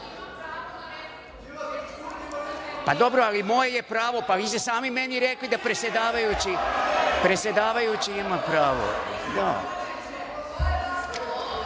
dobro ali moje je pravo, vi ste sami meni rekli da predsedavajući ima pravo. Znate